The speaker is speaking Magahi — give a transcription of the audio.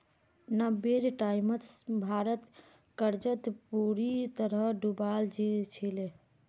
नब्बेर टाइमत भारत कर्जत बुरी तरह डूबाल छिले